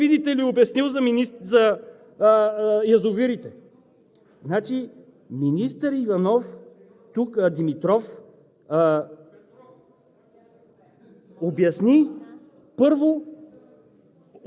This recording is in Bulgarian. А министър Димитров, понеже споменахме колко хубаво бил той, видите ли, обяснил за язовирите – значи, министър Иванов… (Оживление,